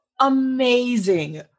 amazing